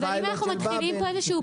אבל אם אנחנו מתחילים כאן איזשהו